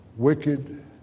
wicked